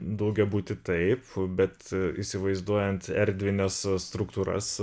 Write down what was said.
daugiabutį taip bet įsivaizduojant erdvines struktūras